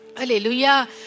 Hallelujah